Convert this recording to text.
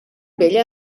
vella